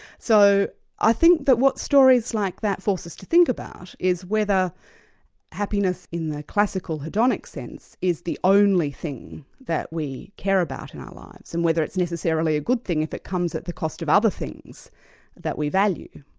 so i think that what stories like that force us to think about is whether happiness in the classical hedonic sense is the only thing that we care about in our lives and whether it's necessarily a good thing if it comes at the cost of other things that we value.